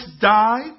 died